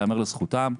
ייאמר לזכותם,